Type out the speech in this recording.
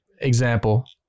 Example